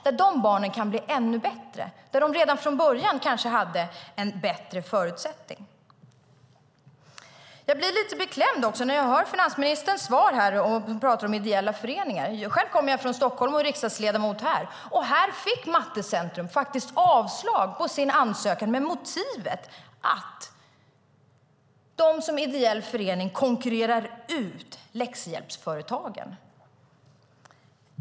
Dessa barn kan bli ännu bättre och hade kanske redan från början en bättre förutsättning. Jag blir lite beklämd när jag hör finansministerns svar och när han pratar om ideella föreningar. Själv kommer jag från och är riksdagsledamot för Stockholm. Här fick Mattecentrum avslag på sin ansökan med motiveringen att de som ideell förening konkurrerar ut läxhjälpsföretagen.